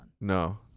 No